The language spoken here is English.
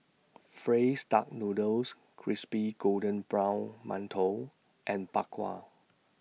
Duck Noodles Crispy Golden Brown mantou and Bak Kwa